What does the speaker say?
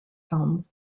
film